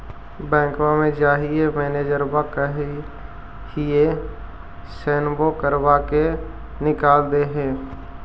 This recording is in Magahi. बैंकवा मे जाहिऐ मैनेजरवा कहहिऐ सैनवो करवा के निकाल देहै?